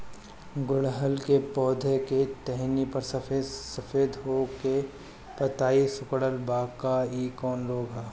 गुड़हल के पधौ के टहनियाँ पर सफेद सफेद हो के पतईया सुकुड़त बा इ कवन रोग ह?